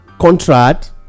contract